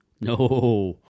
No